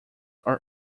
are